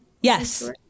Yes